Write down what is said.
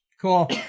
Cool